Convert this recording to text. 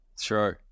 true